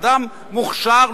אדם מוכשר,